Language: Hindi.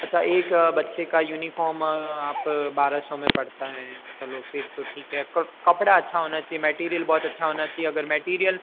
अच्छा एक बच्चे का यूनिफॉर्म आप बारह सौ में पड़ता है चलो फिर तो ठीक है कपड़ा अच्छा होना चाहिए मैटेरियल बहुत अच्छा होना चाहिए अगर मैटिरियल